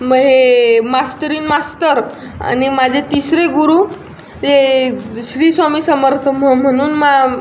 महे मास्तरीण मास्तर आणि माझे तिसरे गुरु ते श्री स्वामी समर्थ म्ह म्हणून मा